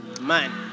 man